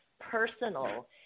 personal